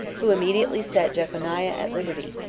who immediately set jeconiah at liberty,